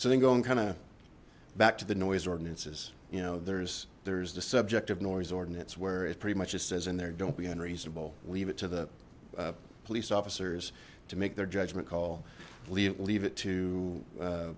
so then going kind of back to the noise ordinances you know there's there's the subject of noise ordinance where it's pretty much it says in there don't be unreasonable leave it to the police officers to make their judgment call leave leave it to